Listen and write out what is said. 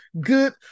good